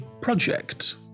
project